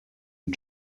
and